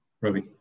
Ruby